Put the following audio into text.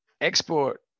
export